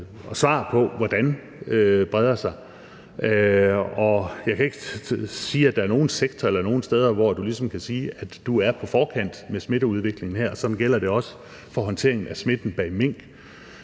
svar på hvordan breder sig. Jeg kan ikke sige, at der er nogen sektor eller nogen steder, hvor du ligesom kan sige, at du er på forkant med smitteudviklingen her. Sådan gælder det også for håndteringen af smitten af mink.